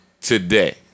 Today